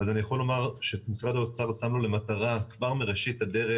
אני יכול לומר שמשרד האוצר שם לו למטרה כבר מראשית הדרך,